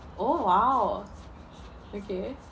oh !wow! okay